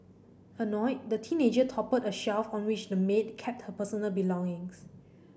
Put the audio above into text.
annoyed the teenager toppled a shelf on which the maid kept her personal belongings